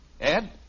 Ed